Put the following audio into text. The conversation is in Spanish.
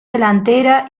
delantera